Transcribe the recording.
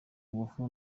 ngufu